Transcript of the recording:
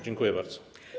Dziękuję bardzo.